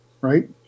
right